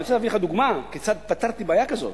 אני רוצה להביא לך דוגמה כיצד פתרתי בעיה כזאת,